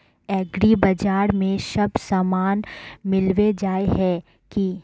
एग्रीबाजार में सब सामान मिलबे जाय है की?